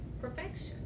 Perfection